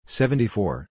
seventy-four